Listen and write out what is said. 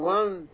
one